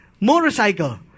motorcycle